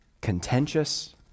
contentious